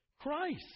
Christ